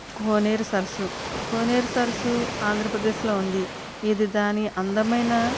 కోనేరు సరస్సు కోనేరు సరస్సు ఆంధ్రప్రదేశ్లో ఉంది ఇది దాని అందమైన